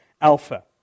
Alpha